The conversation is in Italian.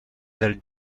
del